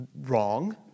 Wrong